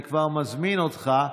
אני כבר מזמין אותך,